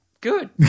good